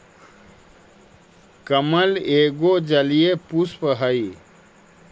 कमल एगो जलीय पुष्प हइ